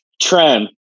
trend